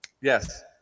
Yes